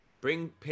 Bring